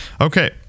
Okay